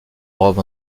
rome